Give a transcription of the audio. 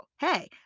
hey